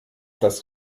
das